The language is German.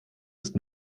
ist